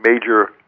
major